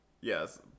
Yes